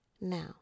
Now